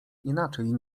inaczej